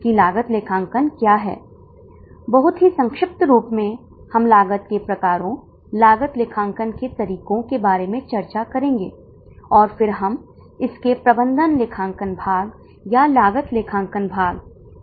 हमें निर्णय लेने के आधार पर फिर से अगले मामले के लिए जाना चाहिए और हमें बीईपी की गणना करनी होगी लेकिन यह मामला बहुत दिलचस्प है क्योंकि हम पिकनिक के लिए जा रहे हैं